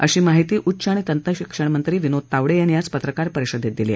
अशी माहिती उच्च आणि तंत्रशिक्षणमंत्री विनोद तावडे यांनी आज पत्रकार परिषदेत दिली